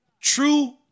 true